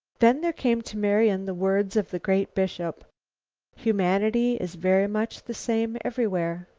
then there came to marian the words of the great bishop humanity is very much the same everywhere,